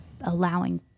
allowing